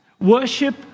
worship